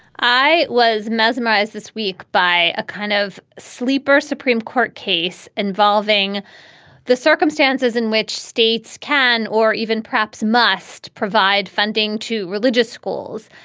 i was mesmerized this week by a kind of sleeper supreme court case involving the circumstances in which states can or even perhaps must provide funding to religious schools.